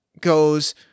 goes